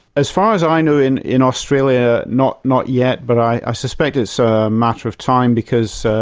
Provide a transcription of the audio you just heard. as far as i know in in australia, not not yet, but i suspect it's a matter of time, because so